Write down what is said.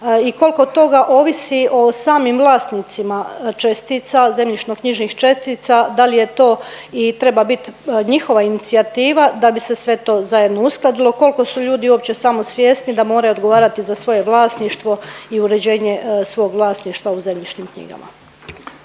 i koliko toga ovisi o samim vlasnicima čestica, zemljišno-knjižnih čestica da li je to i treba biti njihova inicijativa da bi se sve to zajedno uskladilo? Koliko su ljudi uopće samosvjesni da moraju odgovarati za svoje vlasništvo i uređenje svog vlasništva u zemljišnim knjigama?